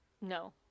No